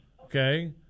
okay